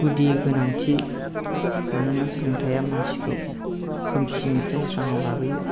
गुदि गोनांथि मानोना सोलोंथाइया मानसिखौ खोमसिनिफ्राय स्राङाव लाबोयो